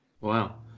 Wow